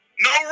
No